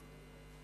הזה?